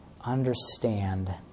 understand